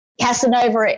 Casanova